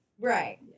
Right